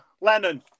Lennon